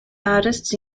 artists